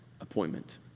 appointment